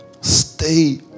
stay